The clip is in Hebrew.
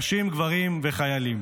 נשים, גברים וחיילים.